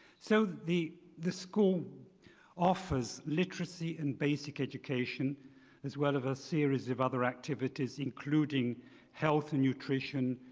so the the school offers literacy and basic education as well of a series of other activities including health and nutrition,